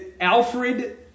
Alfred